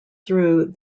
through